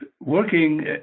working